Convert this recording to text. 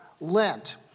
Lent